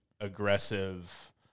aggressive